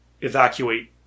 evacuate